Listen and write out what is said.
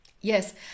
Yes